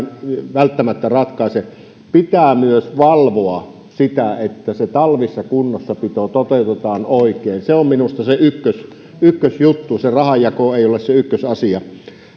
välttämättä ratkaise pitää myös valvoa sitä että se talvikunnossapito toteutetaan oikein se on minusta se ykkösjuttu rahanjako ei ole se ykkösasia